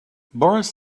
boris